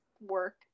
work